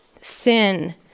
sin